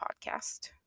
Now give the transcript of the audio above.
podcast